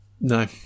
no